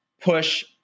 push